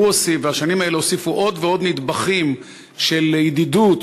הוא הוסיף והשנים האלה הוסיפו עוד ועוד נדבכים של ידידות,